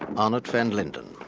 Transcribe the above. arnot fendlington,